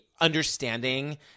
understanding